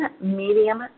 medium